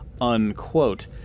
unquote